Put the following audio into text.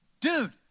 Dude